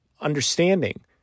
understanding